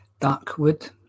Darkwood